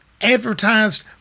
Advertised